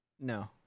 No